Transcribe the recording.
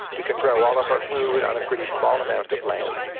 we can grow all of our food on a pretty small amount of land.